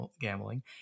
gambling